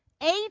Eight